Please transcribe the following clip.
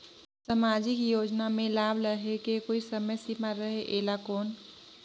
समाजिक योजना मे लाभ लहे के कोई समय सीमा रहे एला कौन?